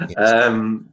yes